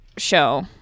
show